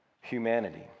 humanity